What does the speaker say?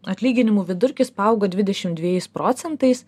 atlyginimų vidurkis paaugo dvidešimt dviejais procentais